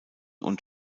und